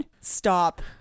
Stop